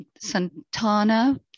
Santana